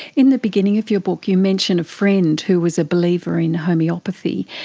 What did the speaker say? in the beginning of your book you mention a friend who was a believer in homoeopathy,